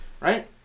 right